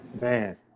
Man